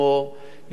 ניתן העדפה,